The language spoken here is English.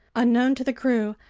unknown to the crew,